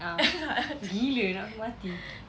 ah gila nak aku mati